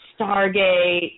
Stargate